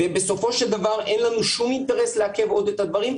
ובסופו של דבר אין לנו שום אינטרס לעכב עוד את הדברים,